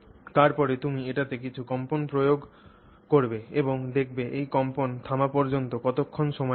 তারপরে তুমি এটিতে কিছু কম্পন প্রয়োগ করবে এবং দেখবে এই কম্পন থামা পর্যন্ত কতক্ষণ সময় লাগবে